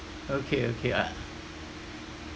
okay okay uh